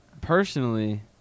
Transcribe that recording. Personally